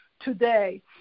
today